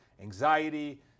anxiety